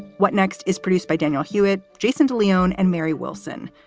what next? is produced by daniel hewitt, jason de leon and mary wilson.